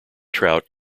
trout